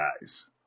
guys